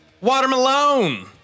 watermelon